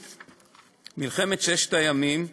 מלחמת ששת הימים,